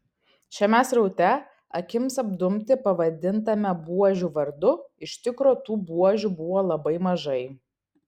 šiame sraute akims apdumti pavadintame buožių vardu iš tikro tų buožių buvo labai mažai